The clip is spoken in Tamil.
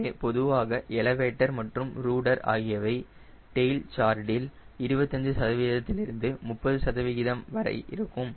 எனவே பொதுவாக எலவேட்டர் மற்றும் ரூடர் ஆகியவை டெயில் கார்டில் 25 சதவீதத்திலிருந்து 30 சதவிகிதம் வரை இருக்கும்